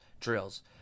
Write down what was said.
drills